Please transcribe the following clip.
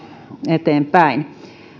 eteenpäin